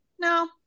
No